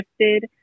shifted